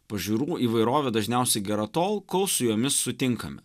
pažiūrų įvairovė dažniausiai gera tol kol su jomis sutinkame